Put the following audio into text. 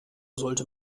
sollte